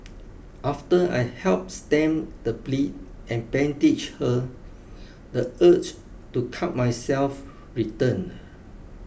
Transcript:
after I helped stem the bleed and bandaged her the urge to cut myself returned